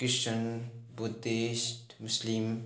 Christian Buddhist Muslim